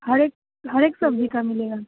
हरेक हरेक सब्जी का मिलेगा